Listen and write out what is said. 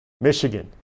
Michigan